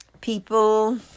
People